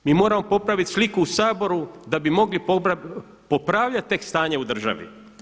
Mi moramo popraviti sliku u Saboru da bi mogli popravljati tek stanje u državi.